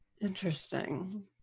Interesting